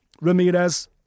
Ramirez